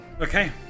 Okay